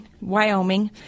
Wyoming